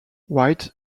white